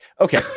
Okay